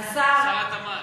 שר התמ"ת.